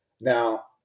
now